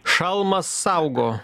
šalmas saugo